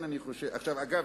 אגב,